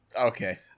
okay